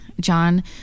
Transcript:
John